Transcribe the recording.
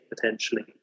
potentially